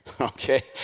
Okay